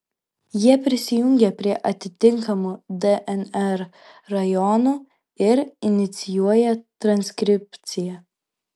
jie prisijungia prie atitinkamų dnr rajonų ir inicijuoja transkripciją